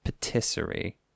patisserie